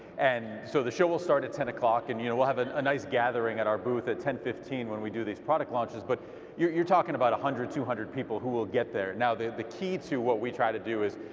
and so the show will start at ten o'clock. and you know we'll have and a nice gathering at our booth at ten fifteen when we do these product launches, but you're talking about one hundred, two hundred people, who will get there. now the the key to what we try to do is,